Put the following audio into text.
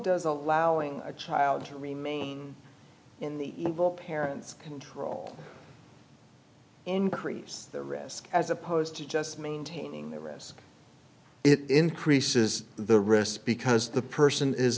does allowing a child to remain in the parents control increase the risk as opposed to just maintaining the risk it increases the risk because the person is